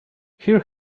here